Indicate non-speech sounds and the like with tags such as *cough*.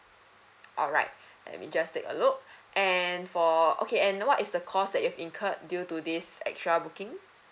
alright let me just take a look *breath* and for okay and what is the cost that you've incurred due to this extra booking